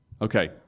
Okay